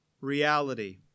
reality